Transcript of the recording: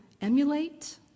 emulate